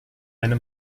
eine